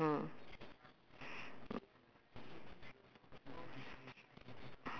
ah so okay lah half an hour okay let's go through the free topic eh